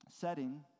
setting